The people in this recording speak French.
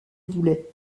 voulait